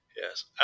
Yes